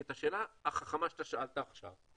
כי את השאלה החכמה שאתה שאלת עכשיו,